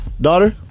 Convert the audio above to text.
daughter